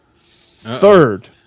Third